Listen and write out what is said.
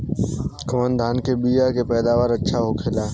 कवन धान के बीया के पैदावार अच्छा होखेला?